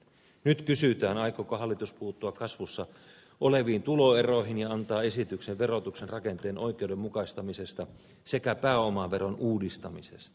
nyt kysytään aikooko hallitus puuttua kasvussa oleviin tuloeroihin ja antaa esityksen verotuksen rakenteen oikeudenmukaistamisesta sekä pääomaveron uudistamisesta